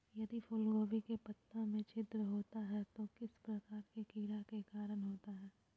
यदि फूलगोभी के पत्ता में छिद्र होता है तो किस प्रकार के कीड़ा के कारण होता है?